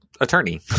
attorney